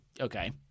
Okay